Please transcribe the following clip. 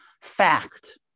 fact